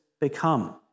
become